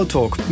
Talk